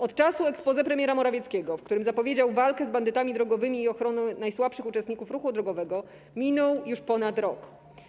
Od czasu exposé premiera Morawickiego, w którym zapowiedział walkę z bandytami drogowymi i ochronę najsłabszych uczestników ruchu drogowego, minął już ponad rok.